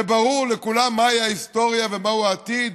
ברור לכולם מהי ההיסטוריה ומהו העתיד,